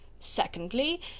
Secondly